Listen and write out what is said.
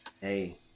Hey